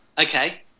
Okay